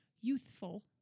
youthful